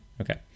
okay